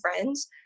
friends